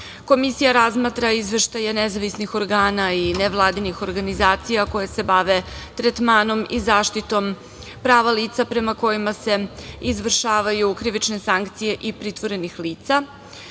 Komisija razmatra izveštaje nezavisnih organa i nevladinih organizacija koje se bave tretmanom i zaštitom prava lica prema kojima se izvršavaju krivične sankcije i pritvorenih lica.